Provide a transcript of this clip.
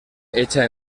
hecha